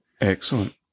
Excellent